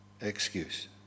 excuse